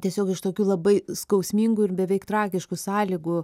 tiesiog iš tokių labai skausmingų ir beveik tragiškų sąlygų